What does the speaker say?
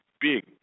big